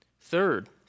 Third